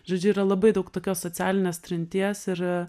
žodžiu yra labai daug tokios socialinės trinties ir